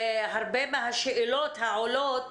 והרבה מהשאלות שעולות,